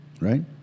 right